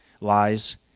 lies